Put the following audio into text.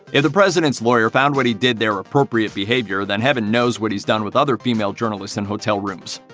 if the president's lawyer found what he did there appropriate behavior, then heaven knows what he's done with other female journalists in hotel rooms.